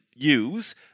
use